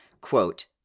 quote